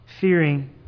fearing